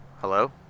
Hello